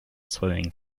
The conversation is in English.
swimming